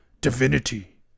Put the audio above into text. divinity